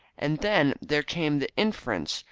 and then there came the inference,